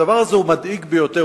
הדבר הזה הוא מדאיג ביותר.